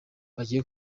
bagiye